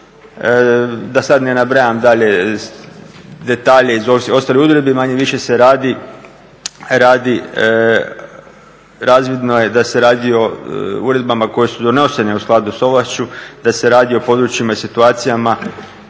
Da sad ne nabrajam dalje detalje iz ostalih uredbi, manje-više se radi, razvidno je da se radi o uredbama koje su donošene u skladu s ovlašću, da se radi o područjima i situacijama